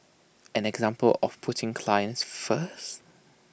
an example of putting clients first